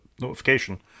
notification